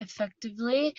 effectively